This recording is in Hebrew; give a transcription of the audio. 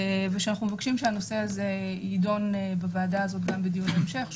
ושאנחנו מבקשים שהנושא הזה יידון בוועדה הזאת גם בדיוני המשך.